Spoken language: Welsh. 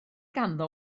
ganddo